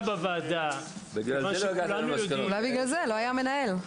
אולי בגלל זה שלא היה מנהל.